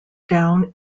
down